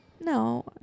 No